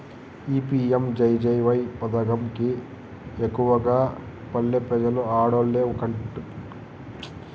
ఈ పి.యం.జె.జె.వై పదకం కి ఎక్కువగా పల్లె పెజలు ఆడోల్లే కట్టన్నారట